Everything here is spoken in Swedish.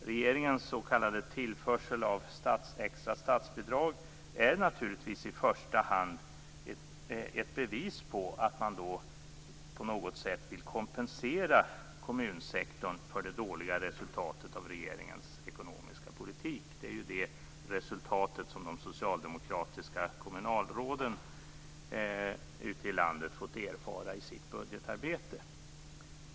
Regeringens s.k. tillförsel av extra statsbidrag är naturligtvis i första hand ett bevis för att man på något sätt vill kompensera kommunsektorn för det dåliga resultatet av regeringens ekonomiska politik. Det är vad de socialdemokratiska kommunalråden ute i landet fått erfara i sitt budgetarbete.